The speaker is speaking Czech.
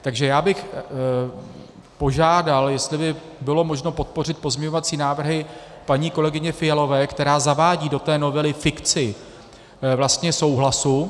Takže já bych požádal, jestli by bylo možno podpořit pozměňovací návrhy paní kolegyně Fialové, která zavádí do té novely fikci souhlasu.